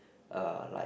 uh like